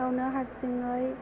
गावनो हारसिङै